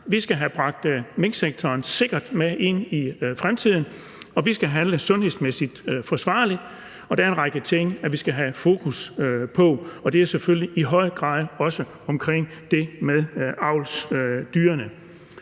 vi skal have bragt minksektoren sikkert med ind i fremtiden, og vi skal handle sundhedsmæssigt forsvarligt, og der er en række ting, vi skal have fokus på. Og det er selvfølgelig i høj grad også omkring det med avlsdyrene.